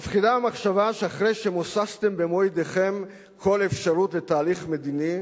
מפחידה המחשבה שאחרי שמוססתם במו ידיכם כל אפשרות לתהליך מדיני,